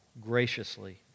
graciously